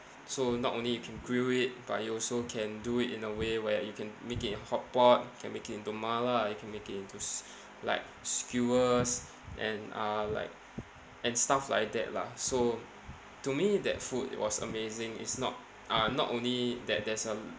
so not only you can grill it but you also can do it in a way where you can make it in hotpot you can make it into mala you can make it into s~ like skewers and uh like and stuff like that lah so to me that food was amazing it's not uh not only that there's a